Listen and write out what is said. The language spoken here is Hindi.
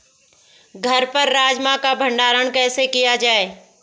घर पर राजमा का भण्डारण कैसे किया जाय?